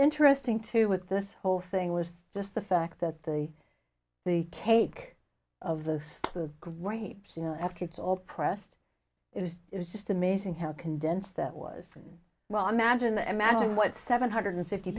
interesting too with this whole thing was just the fact that the the cake of the grapes you know after it's all pressed it was it was just amazing how condensed that was well imagine the imagine what seven hundred fifty